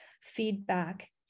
feedback